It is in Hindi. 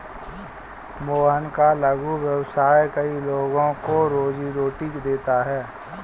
मोहन का लघु व्यवसाय कई लोगों को रोजीरोटी देता है